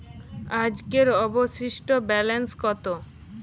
আজকের অবশিষ্ট ব্যালেন্স কত?